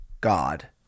God